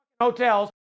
hotels